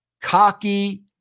cocky